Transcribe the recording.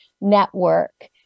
Network